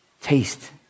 Taste